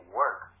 work